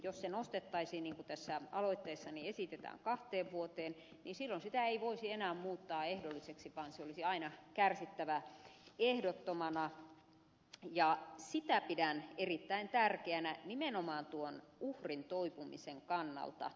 jos se nostettaisiin niin kuin tässä aloitteessani esitetään kahteen vuoteen niin silloin sitä ei voisi enää muuttaa ehdolliseksi vaan se olisi aina kärsittävä ehdottomana ja sitä pidän erittäin tärkeänä nimenomaan uhrin toipumisen kannalta